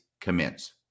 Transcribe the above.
commence